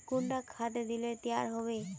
कुंडा खाद दिले तैयार होबे बे?